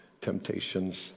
temptations